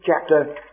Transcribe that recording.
chapter